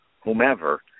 whomever